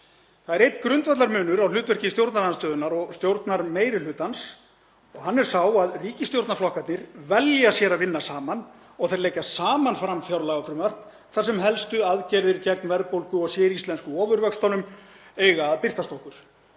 Það er einn grundvallarmunur á hlutverki stjórnarandstöðunnar og stjórnarmeirihlutans og hann er sá að ríkisstjórnarflokkarnir velja sér að vinna saman og þeir leggja saman fram fjárlagafrumvarp þar sem helstu aðgerðir gegn verðbólgu og séríslensku ofurvöxtunum eiga að birtast okkur.